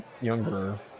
younger